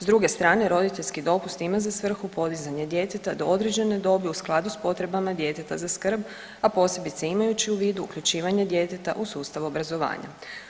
S druge strane, roditeljski dopust ima za svrhu podizanje djeteta do određene dobi u skladu s potrebama djeteta za skrb, a posebno imajući u vidu uključivanje djeteta u sustav obrazovanja.